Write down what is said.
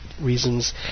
reasons